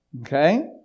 Okay